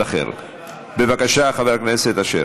המדינה (תיקוני חקיקה להשגת יעדי התקציב)